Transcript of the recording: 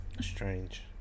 strange